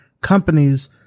companies